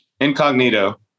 Incognito